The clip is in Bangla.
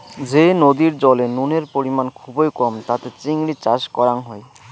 যে নদীর জলে নুনের পরিমাণ খুবই কম তাতে চিংড়ি চাষ করাং হই